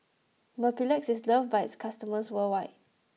Mepilex is loved by its customers worldwide